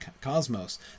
cosmos